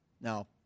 now